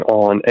on